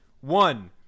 One